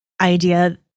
idea